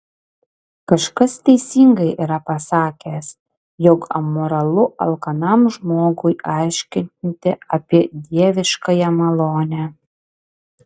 kažkas teisingai yra pasakęs jog amoralu alkanam žmogui aiškinti apie dieviškąją malonę